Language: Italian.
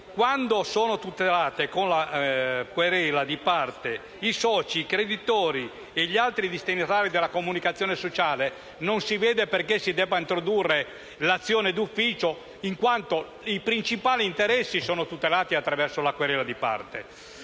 quando sono tutelate con la querela di parte, dei soci, dei creditori e degli altri destinatari della comunicazione sociale, non si vede perché si debba introdurre l'azione d'ufficio in quanto i principali interessi sono tutelati attraverso la querela di parte.